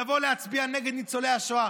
לבוא ולהצביע נגד ניצולי השואה.